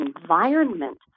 environment